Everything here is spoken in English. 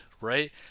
right